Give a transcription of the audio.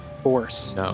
force